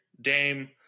dame